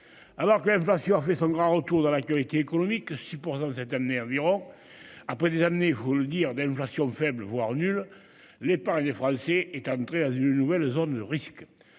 Alors que l'inflation fait son grand retour dans l'actualité économique, 6% cette année environ après des années vous le dire, d'inflation faible voire nulle. L'épargne des Français est entré à une nouvelle zone risque.